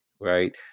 right